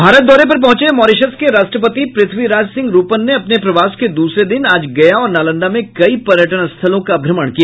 भारत दौरे पर पहुंचे मॉरीशस के राष्ट्रपति पृथ्वी राज सिंह रूपन ने अपने प्रवास के दूसरे दिन आज गया और नालंदा में कई पर्यटन स्थलों का भ्रमण किया